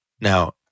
now